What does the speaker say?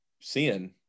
sin